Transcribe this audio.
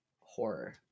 Horror